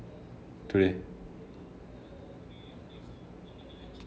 today